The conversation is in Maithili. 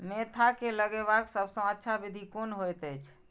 मेंथा के लगवाक सबसँ अच्छा विधि कोन होयत अछि?